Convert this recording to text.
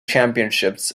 championships